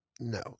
No